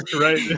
right